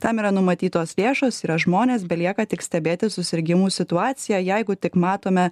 tam yra numatytos lėšos yra žmonės belieka tik stebėti susirgimų situaciją jeigu tik matome